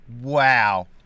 Wow